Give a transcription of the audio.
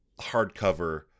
hardcover